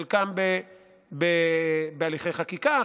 חלקם בהליכי חקיקה,